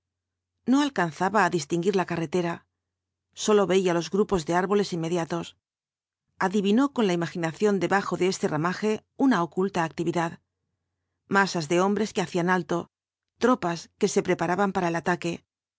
no alcanzaba á distinguir la carretera sólo veía los grupos de árboles inmediatos adivinó con la imaginación debajo de este ramaje una oculta actividad masas de hombres que hacían alto tropas que se preparaban para el ataque